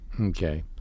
Okay